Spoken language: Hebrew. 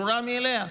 ברורה מאליה,